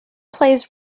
plays